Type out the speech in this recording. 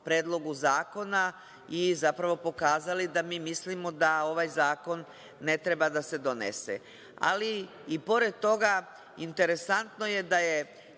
Predlogu zakona i zapravo pokazali da mi mislim da ovaj zakon ne treba da se donese. Pored toga interesantno je da je